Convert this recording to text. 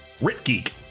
Ritgeek